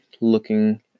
looking